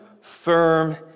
firm